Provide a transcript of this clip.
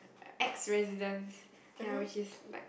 ex residence ya which is like